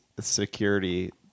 security